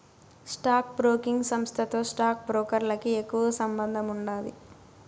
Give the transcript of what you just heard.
stock broking సంస్థతో stock బ్రోకర్లకి ఎక్కువ సంబందముండాది